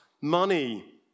money